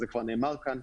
זה כבר נאמר כאן.